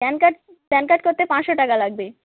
pan card pan card করতে পাঁচশো টাকা লাগবে